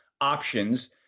options